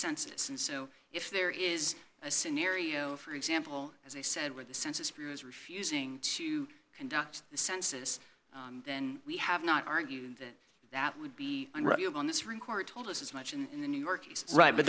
census and so if there is a scenario for example as they said with the census bureau is refusing to conduct the census then we have not argued that that would be on this report told us as much in the new york he's right but